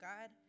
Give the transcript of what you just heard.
God